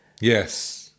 Yes